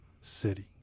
city